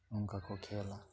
ᱚᱱᱠᱟ ᱠᱚ ᱠᱷᱮᱹᱞᱟ